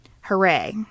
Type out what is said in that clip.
hooray